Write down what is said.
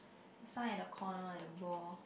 the sign at the corner and the ball